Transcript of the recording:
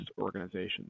organizations